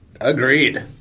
Agreed